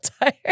tired